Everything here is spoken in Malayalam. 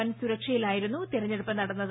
വൻ സുരക്ഷയിലായിരുന്നു തിരഞ്ഞെടുപ്പ് നടന്നത്